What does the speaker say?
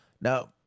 Now